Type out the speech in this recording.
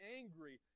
angry